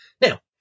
Now